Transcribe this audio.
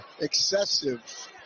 excessive